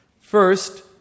First